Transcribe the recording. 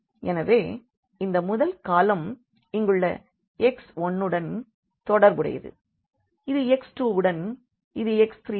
எனவே இந்த முதல் காலம் இங்குள்ள x1னுடன் தொடர்புடையது இது x2 வுடன் இது x3 யுடன்